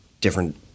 different